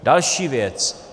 Další věc.